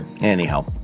Anyhow